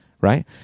right